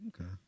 okay